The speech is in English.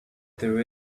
there